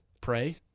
pray